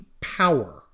power